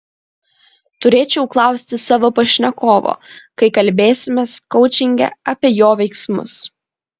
turėčiau klausti savo pašnekovo kai kalbėsimės koučinge apie jo veiksmus